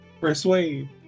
Persuade